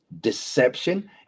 deception